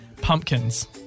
pumpkins